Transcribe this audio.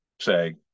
say